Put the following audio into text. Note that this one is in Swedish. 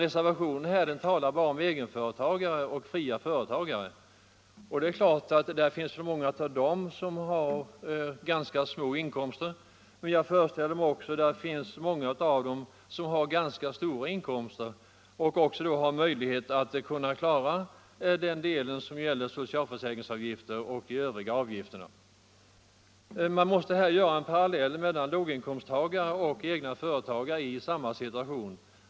Reservationen talar emellertid bara om egenföretagare och fria yrkesutövare. Det är klart att många av dem har ganska små inkomster, men jag föreställer mig också att många av dem har ganska stora inkomster och då också har möjligheter att klara socialförsäkringsavgifter och övriga avgifter. Vi måste här dra en parallell mellan låginkomsttagare och egna företagare i samma situation.